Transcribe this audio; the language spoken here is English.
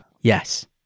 Yes